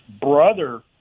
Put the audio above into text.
brother